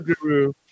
Guru